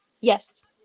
Yes